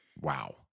Wow